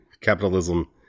Capitalism